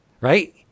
right